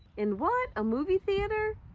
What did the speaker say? and what, a movie theater?